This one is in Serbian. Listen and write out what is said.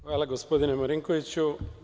Hvala, gospodine Marinkoviću.